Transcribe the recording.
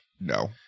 no